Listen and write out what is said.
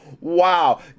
wow